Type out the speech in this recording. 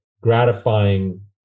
gratifying